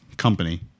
Company